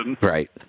right